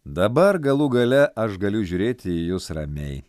dabar galų gale aš galiu žiūrėti į jus ramiai